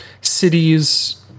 cities